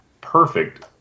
perfect